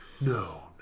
no